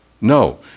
No